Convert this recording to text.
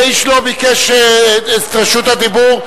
ואיש לא ביקש את רשות הדיבור.